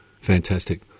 Fantastic